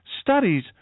Studies